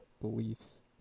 beliefs